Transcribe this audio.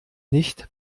nicht